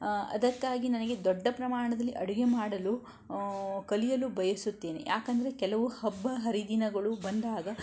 ಅದಕ್ಕಾಗಿ ನನಗೆ ದೊಡ್ಡ ಪ್ರಮಾಣದಲ್ಲಿ ಅಡುಗೆ ಮಾಡಲು ಕಲಿಯಲು ಬಯಸುತ್ತೇನೆ ಯಾಕಂದರೆ ಕೆಲವು ಹಬ್ಬ ಹರಿದಿನಗಳು ಬಂದಾಗ